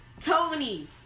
Tony